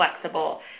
Flexible